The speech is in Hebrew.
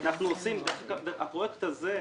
הפרויקט הזה,